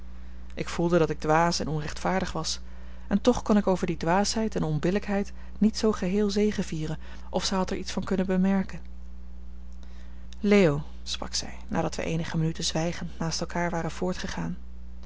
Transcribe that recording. ik voelde dat ik dwaas en onrechtvaardig was en toch kon ik over die dwaasheid en onbillijkheid niet zoo geheel zegevieren of zij had er iets van kunnen bemerken leo sprak zij nadat wij eenige minuten zwijgend naast elkaar waren voortgegaan